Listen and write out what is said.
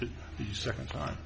the second time